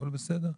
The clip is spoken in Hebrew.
הכול בסדר.